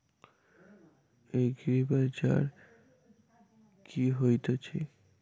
एग्रीबाजार की होइत अछि?